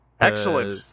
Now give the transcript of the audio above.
excellent